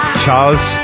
charles